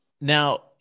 Now